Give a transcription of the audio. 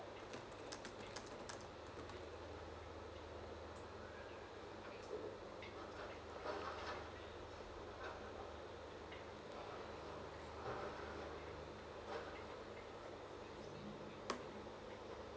mm